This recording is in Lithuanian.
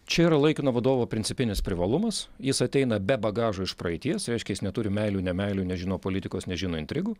čia yra laikino vadovo principinis privalumas jis ateina be bagažo iš praeities reiškia jis neturi meilių nemeilių nežino politikos nežino intrigų